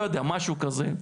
לא יודע משהו כזה.